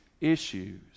issues